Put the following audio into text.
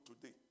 today